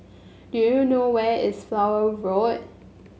do you know where is Flower Road